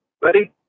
buddy